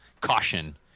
caution